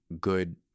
good